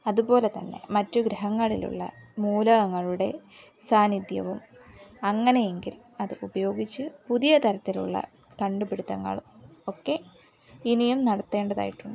അതുപോലെ തന്നെ മറ്റു ഗ്രഹങ്ങളിലുള്ള മൂലകങ്ങളുടെ സാന്നിദ്ധ്യവും അങ്ങനെയെങ്കിൽ അത് ഉപയോഗിച്ച് പുതിയ തരത്തിലുള്ള കണ്ടു പിടുത്തങ്ങൾ ഒക്കെ ഇനിയും നടത്തേണ്ടതായിട്ടുണ്ട്